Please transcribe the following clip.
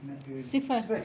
صِفر